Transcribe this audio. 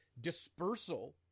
dispersal